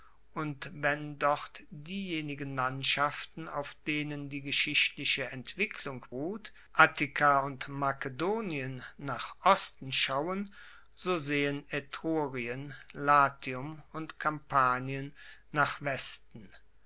und wenn dort diejenigen landschaften auf denen die geschichtliche entwicklung ruht attika und makedonien nach osten schauen so sehen etrurien latium und kampanien nach westen